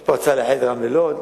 יש פה הצעה לאחד את רמלה ולוד.